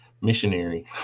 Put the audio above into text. missionary